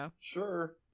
sure